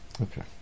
Okay